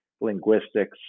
linguistics